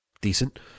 decent